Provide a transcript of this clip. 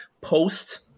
post